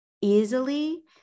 easily